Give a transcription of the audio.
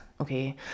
okay